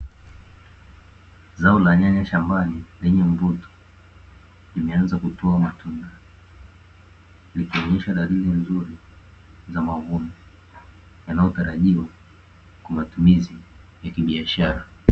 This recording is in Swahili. Zao la nyanya shambani lenye mvuto limeanza kutoa matunda. Likionesha dalili nzuri za mavuno, yanayotarajiwa kwa matumizi ya kibiashara.